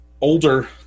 older